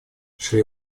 шри